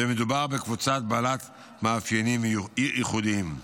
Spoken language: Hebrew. ומדובר בקבוצה בעלת מאפיינים ייחודיים.